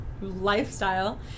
lifestyle